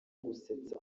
gusetsa